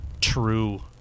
true